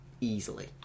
easily